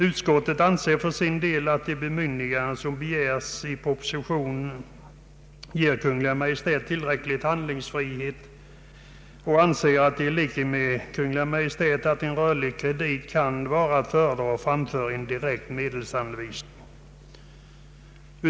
Utskottet anser för sin del att det bemyndigande som begärs i propositionen ger Kungl. Maj:t tillräcklig handlings frihet och finner i likhet med Kungl. Maj:t att en rörlig kredit kan vara att föredra framför en direkt medelsanvisning.